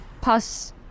pass